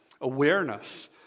awareness